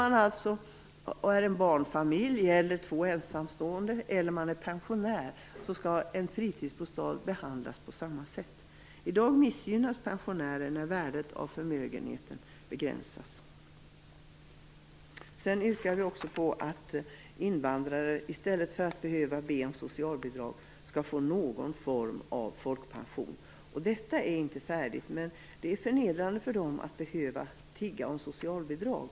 Oavsett om det är en barnfamilj, två ensamstående eller en pensionär skall fritidsbostaden behandlas på samma sätt. I dag missgynnas pensionärer när värdet av förmögenheten begränsas. Vi yrkar också att invandrare i stället för att behöva be om socialbidrag skall få någon form av folkpension. Detta förslag är inte färdigt. Vi tycker att det är förnedrande för dem att behöva tigga om socialbidrag.